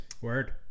Word